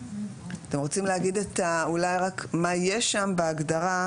אתם רוצים להגיד מה יש שם בהגדרה,